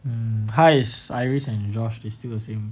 mm how is iris and josh they still the same